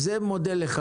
זה מודל אחד.